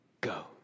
go